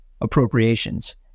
appropriations